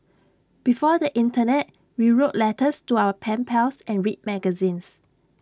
before the Internet we wrote letters to our pen pals and read magazines